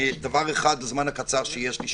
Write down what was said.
דבר אחד וקריטי, בזמן הקצר שיש לי.